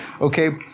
Okay